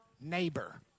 neighbor